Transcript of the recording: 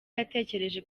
yatekereje